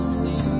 see